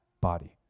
body